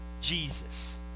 jesus